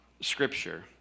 scripture